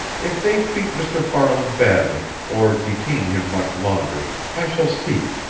if they treat mr. farland badly, or detain him much longer, i shall speak.